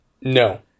No